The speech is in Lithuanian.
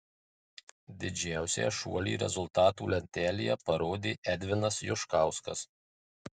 didžiausią šuolį rezultatų lentelėje parodė edvinas juškauskas